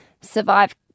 survive